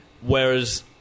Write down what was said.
Whereas